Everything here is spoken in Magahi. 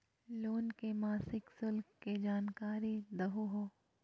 लोन के मासिक शुल्क के जानकारी दहु हो?